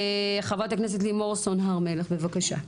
חברת הכנסת, לימון סון הר מלך, בבקשה.